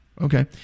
Okay